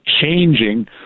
changing